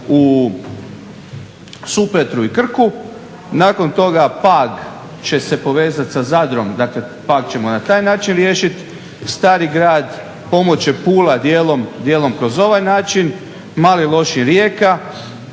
u Supetru i Krku, nakon toga Pag će se povezat sa Zadrom, dakle Pag ćemo na taj način riješit, Stari Grad pomoći će Pula dijelom, dijelom kroz ovaj način, Mali Lošinj, Rijeka